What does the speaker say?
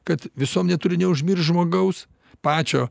kad visuomenė turi neužmiršt žmogaus pačio